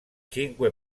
cinque